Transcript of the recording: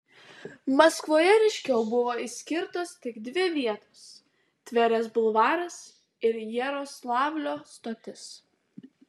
maskvoje ryškiau buvo išskirtos tik dvi vietos tverės bulvaras ir jaroslavlio stotis